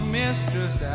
mistress